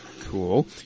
Cool